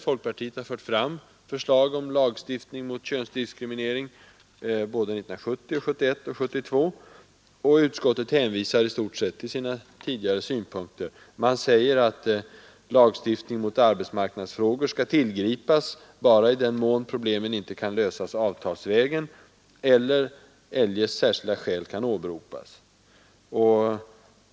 Folkpartiet har fört fram förslag om lagstiftning mot könsdiskriminering både 1970, 1971 och 1972, och utskottet hänvisar i stort sett till sina tidigare synpunkter. Man säger att lagstiftning i arbetsmarknadsfrågor skall tillgripas bara ”i den mån problemen inte kan lösas avtalsvägen eller eljest särskilda skäl kan åberopas”.